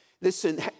Listen